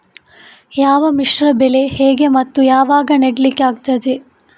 ಯಾವ ಮಿಶ್ರ ಬೆಳೆ ಹೇಗೆ ಮತ್ತೆ ಯಾವಾಗ ನೆಡ್ಲಿಕ್ಕೆ ಆಗ್ತದೆ?